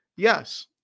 Yes